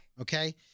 Okay